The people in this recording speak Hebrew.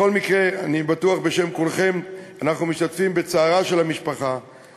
הדבר נבע מכך שבפועל קרן קיימת מחזיקה ומפעילה